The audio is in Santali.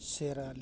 ᱥᱮᱨᱟᱞᱤ